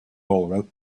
all